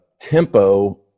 tempo